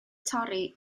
torri